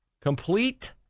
Complete